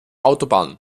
autobahn